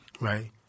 right